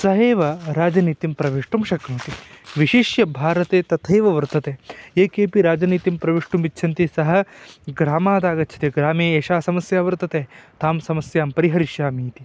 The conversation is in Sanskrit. सः एव राजनीतिं प्रवेष्टुं शक्नोति विशिष्य भारते तथैव वर्तते ये केपि राजनीतिं प्रवेष्टुमिच्छन्ति सः ग्रामादागच्छति ग्रामे एषा समस्या वर्तते तां समस्यां परिहरिष्यामि इति